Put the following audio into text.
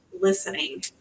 listening